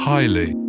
Highly